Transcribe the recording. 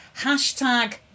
hashtag